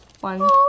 One